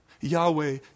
Yahweh